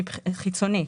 חיצוני.